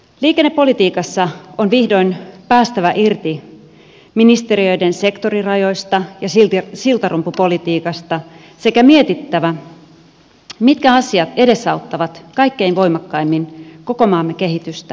liikennepolitiikassa on vihdoin päästävä irti ministeriöiden sektorirajoista ja siltarumpupolitiikasta sekä mietittävä mitkä asiat edesauttavat kaikkein voimakkaimmin koko maamme kehitystä ja hyvinvointia